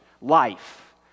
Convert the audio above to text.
life